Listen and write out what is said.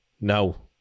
No